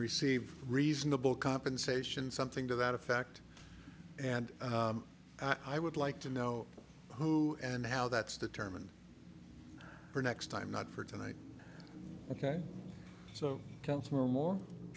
receive reasonable compensation something to that effect and i would like to know who and how that's determined for next time not for tonight ok so i